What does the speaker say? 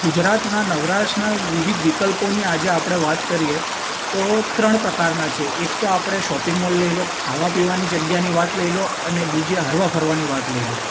ગુજરાતના નવરાશના વિવિધ વિકલ્પોની આજે આપણે વાત કરીએ તો ત્રણ પ્રકારના છે એક તો આપણે શોપિંગ મોલ લઈ લો ખાવા પીવાની જગ્યાની વાત લઈ લો અને બીજી હરવા ફરવાની વાત લઈ લો